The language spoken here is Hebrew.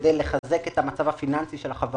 כדי לחזק את המצב הפיננסי של החברות,